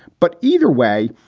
but either way,